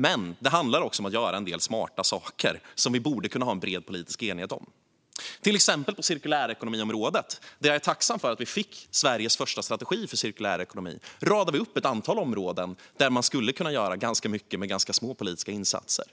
Men det handlar också om att göra en del smarta saker som vi borde kunna ha en bred politisk enighet om. Ett exempel är cirkulärekonomiområdet, som jag är tacksam för att vi fick Sveriges första strategi för. Där radar vi upp ett antal områden där man skulle kunna göra ganska mycket med ganska små politiska insatser.